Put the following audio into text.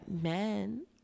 men